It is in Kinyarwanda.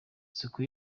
isuku